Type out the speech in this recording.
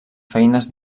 feines